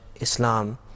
Islam